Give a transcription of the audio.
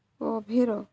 ଗଭୀର